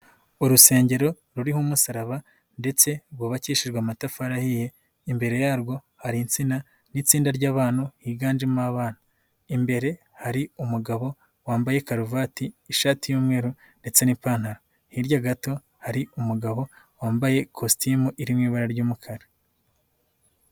Urusengero ruriho umusaraba ndetse rwubakishijwe amatafari ahiye, imbere yarwo hari insina n'itsinda ry'abantu higanjemo abana, imbere hari umugabo wambaye karuvati, ishati y'umweru ndetse n'ipantaro, hirya gato hari umugabo wambaye ikositimu iri mu ibara ry'umukara.